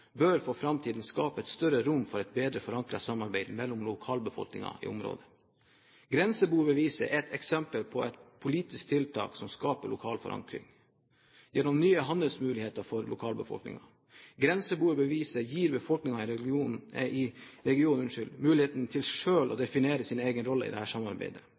bør for framtiden skape et større rom for et bedre forankret samarbeid mellom lokalbefolkningen i områdene. Grenseboerbeviset er et eksempel på et politisk tiltak som skaper lokal forankring, gjennom nye handelsmuligheter for lokalbefolkningen. Grenseboerbeviset gir befolkningen i regionen mulighet til selv å definere sin egen rolle i dette samarbeidet,